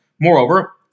Moreover